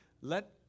Let